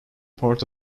part